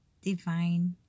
divine